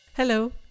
Hello